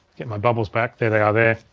get my bubbles back, there they are there.